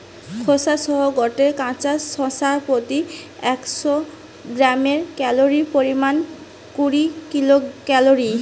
খোসা সহ গটে কাঁচা শশার প্রতি একশ গ্রামে ক্যালরীর পরিমাণ কুড়ি কিলো ক্যালরী